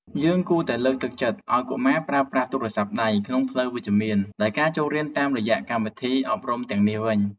យើងគួរតែលើកទឹកចិត្តឱ្យកុមារប្រើប្រាស់ទូរស័ព្ទដៃក្នុងផ្លូវវិជ្ជមានដោយការចូលរៀនតាមរយៈកម្មវិធីអប់រំទាំងនេះវិញ។